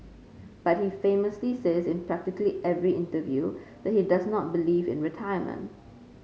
but he famously says in practically every interview that he does not believe in retirement